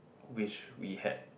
wish we had